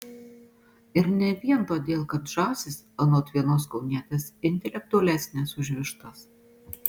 ir ne vien todėl kad žąsys anot vienos kaunietės intelektualesnės už vištas